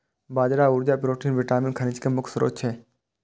बाजरा ऊर्जा, protein, vitamin, खनिज के मुख्य स्रोत छियै